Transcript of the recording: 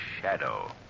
Shadow